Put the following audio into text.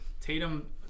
Tatum